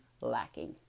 lacking